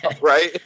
right